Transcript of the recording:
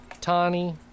Tani